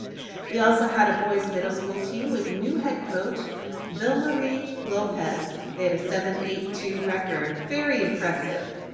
we also had a boys middle school team with new head coach ville marie lopez. they had a seven eight two record very impressive.